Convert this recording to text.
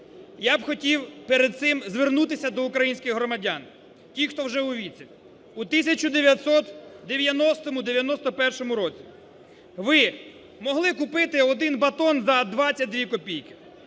Я б хотів перед цим звернутися до українських громадян, ті, хто вже у віці. У 1990-91 році ви могли купити один батон за 22 копійки,